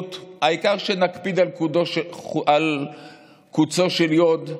העיקר שנקפיד על קוצו של יו"ד,